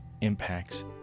impacts